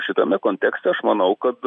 šitame kontekste aš manau kad